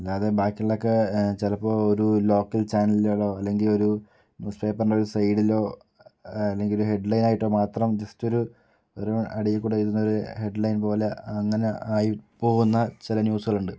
അല്ലാതെ ബാക്കിയുള്ളതൊക്കെ ചിലപ്പോൾ ഒരു ലോക്കൽ ചാനലുകളോ അല്ലെങ്കിൽ ഒരു ന്യൂസ് പേപ്പറിൻ്റെ ഒരു സൈഡിലോ അല്ലെങ്കിൽ ഹെഡ്ലൈനായിട്ടോ മാത്രം ജസ്റ്റൊരു ഒരു അടിയിൽക്കൂടേ എഴുതുന്നൊരു ഹെഡ് ലൈൻ പോലെ അങ്ങനെ ആയിപ്പോകുന്ന ചില ന്യൂസുകളുണ്ട്